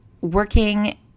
working